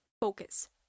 focus